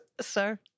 Sir